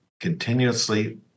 continuously